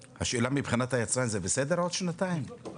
מבחינת היצרן זה בסדר להאריך בעוד שנתיים?